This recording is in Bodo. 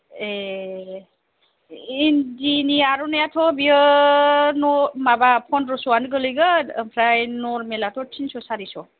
ए इन्डिनि आरनाइयाथ' बेयो माबा पन्द्रस'आनो गोग्लैगोन ओमफ्राय नर्मेलाथ' टिनस' सारिस'